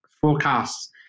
forecasts